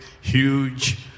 huge